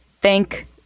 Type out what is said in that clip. thank